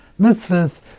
mitzvahs